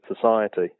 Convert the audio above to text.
society